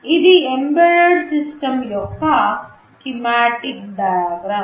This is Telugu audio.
ఇది ఎంబెడెడ్ సిస్టమ్ యొక్క స్కీమాటిక్ డయాగ్రమ్